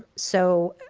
so